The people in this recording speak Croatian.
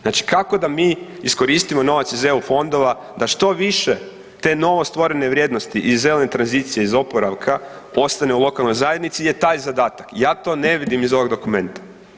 Znači kako da mi iskoristimo novac iz EU fondova da što više te novostvorene vrijednosti iz zelene tranzicije iz oporavka ostane u lokalnoj zajednici je taj zadatak, ja to ne vidim iz ovog dokumenta.